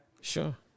sure